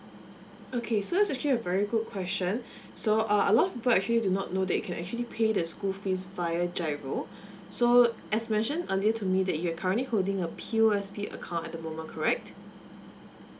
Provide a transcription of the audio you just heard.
okay so it's actually a very good question so uh a lot of people actually do not know that you can actually pay the school fees via G_I_R_O so as mentioned earlier to me that you're currently holding a P_U_S_B account at the moment correct